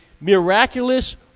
miraculous